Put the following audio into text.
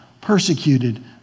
persecuted